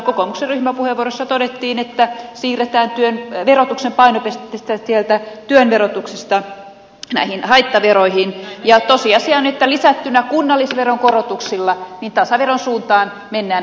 kokoomuksen ryhmäpuheenvuorossa todettiin että siirretään verotuksen painopistettä sieltä työn verotuksesta näihin haittaveroihin ja tosiasia on että tämä lisättynä kunnallisveron korotuksilla tasaveron suuntaan mennään sdpn johdolla